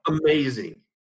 amazing